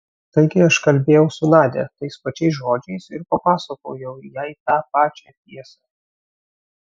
taigi aš kalbėjau su nadia tais pačiais žodžiais ir papasakojau jai tą pačią tiesą